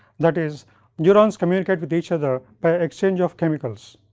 that is neurons communicate with each other by exchange of chemicals,